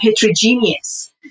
heterogeneous